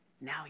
Now